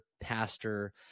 pastor